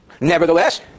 Nevertheless